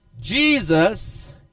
Jesus